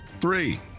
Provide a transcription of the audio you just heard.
Three